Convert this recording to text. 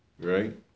Right